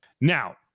now